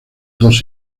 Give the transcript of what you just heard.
dos